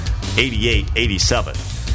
88-87